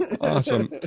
awesome